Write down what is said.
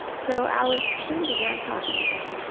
so alice soon began talking again.